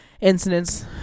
incidents